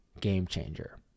game-changer